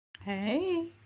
Hey